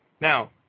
Now